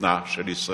בקוטנה של ישראל.